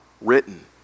written